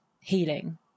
healing